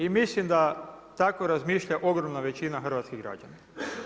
I mislim da tako razmišlja ogromna većina hrvatskih građana.